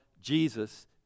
Jesus